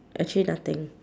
actually nothing